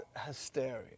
hysteria